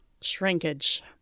Shrinkage